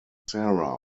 sara